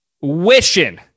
wishing